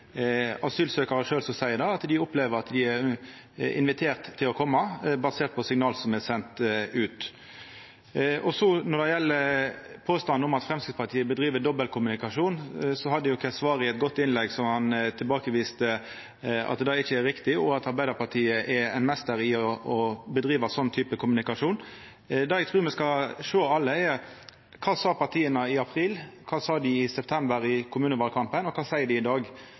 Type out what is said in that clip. seier det, at dei opplever at dei er inviterte til å koma, basert på signal som er sende ut. Når det gjeld påstanden om at Framstegspartiet driv med dobbeltkommunikasjon, hadde Keshvari eit godt innlegg der han viste at det ikkje er riktig, og at Arbeidarpartiet er ein meister i å driva med den typen kommunikasjon. Det eg trur me alle skal sjå på, er kva partia sa i april, kva dei sa i september i kommunevalkampen, og kva dei seier i dag.